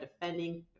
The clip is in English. defending